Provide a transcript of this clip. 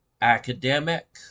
academic